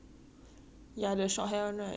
ya lah 那个那个美 [what]